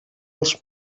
els